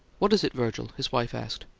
what is it, virgil? his wife asked.